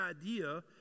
idea